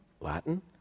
latin